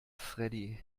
freddy